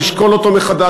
לשקול אותו מחדש.